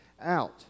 out